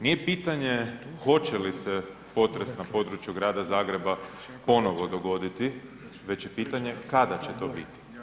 Nije pitanje hoće li se potres na području Grada Zagreba ponovo dogoditi već je pitanje kada će to biti?